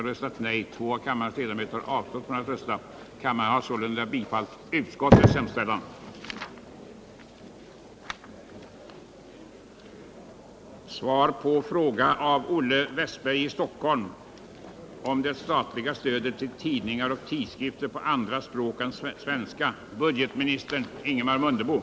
Anser statsrådet att erfarenheterna av reglerna för bidrag till tidningar på andra språk än svenska motiverar en omprövning av regeln om att ett villkor för stödet skall vara att publikationens innehåll i huvudsak berör förhållandena i Sverige?